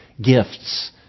gifts